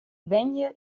wenje